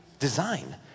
design